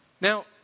Now